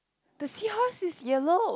the seahorse is yellow